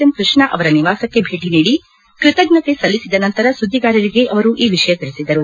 M Krishna ಅವರ ನಿವಾಸಕ್ಕೆ ಭೇಟ ನೀಡಿ ಕೃತಜ್ಞತೆ ಸಲ್ಲಿಬದ ನಂತರ ಸುದ್ದಿಗಾರರಿಗೆ ಅವರು ಈ ವಿಷಯ ತಿಳಿಸಿದರು